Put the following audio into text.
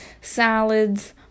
salads